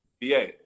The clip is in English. BA